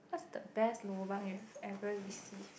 what's the best lobang you have ever received